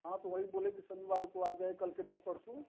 हाँ तो वही बोले कि शनिवार को आ जाएँ कल के बाद परसों